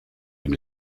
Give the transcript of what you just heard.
dem